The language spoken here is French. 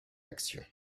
action